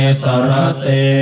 sarate